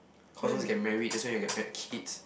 cause once you get married that's when you get fat kids